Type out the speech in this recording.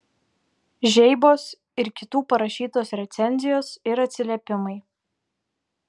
žeibos ir kitų parašytos recenzijos ir atsiliepimai